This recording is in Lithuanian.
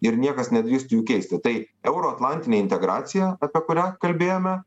ir niekas nedrįstų jų keisti tai euroatlantinė integracija apie kurią kalbėjome